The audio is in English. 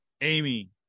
amy